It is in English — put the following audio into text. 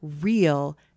real